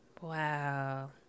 Wow